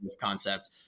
concept